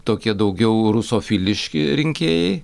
tokie daugiau rusofiliški rinkėjai